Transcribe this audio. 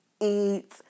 eat